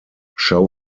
schau